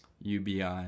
UBI